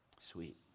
Sweet